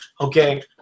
Okay